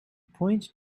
point